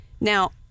now